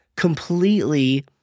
completely